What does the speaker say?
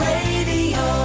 Radio